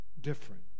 different